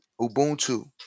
Ubuntu